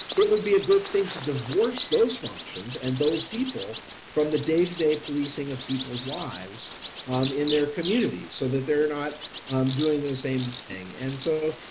it would be good thing to divorce those functions and those people from the day to day policing of people's lives in their community so that they're not um doing the same thing. and so,